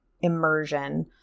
immersion